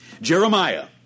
Jeremiah